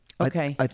Okay